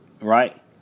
right